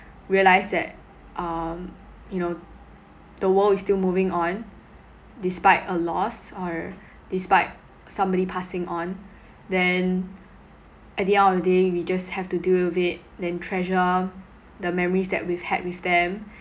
realise that um you know the world is still moving on despite a loss or despite somebody passing on then at the end of the day we just have to deal with it then treasure the memories that we've had with them